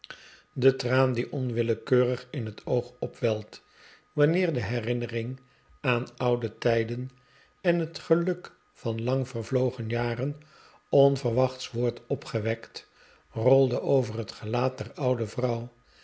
de traan die onwillekeurig in het oog opwelt wanneer de herinnering aan oude tijden en het geluk van lang vervlogen jaren onverwachts wordt opgewekt rolde over het gelaat der oude vrouw